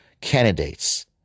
candidates